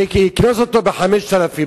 ויקנוס אותו ב-5,000.